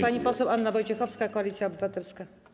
Pani poseł Anna Wojciechowska, Koalicja Obywatelska.